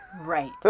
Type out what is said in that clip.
right